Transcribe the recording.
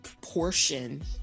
portion